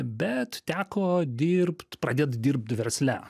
bet teko dirbt pradėt dirbt versle